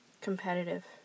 Competitive